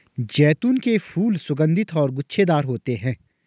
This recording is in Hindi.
जैतून के फूल सुगन्धित और गुच्छेदार होते हैं